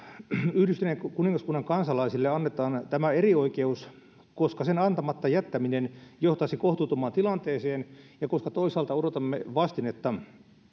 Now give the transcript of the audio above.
yhdistyneen kuningaskunnan kansalaisille annetaan tämä erioikeus koska sen antamatta jättäminen johtaisi kohtuuttomaan tilanteeseen ja koska toisaalta odotamme vastinetta